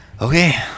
okay